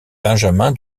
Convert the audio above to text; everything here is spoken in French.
benjamin